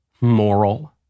moral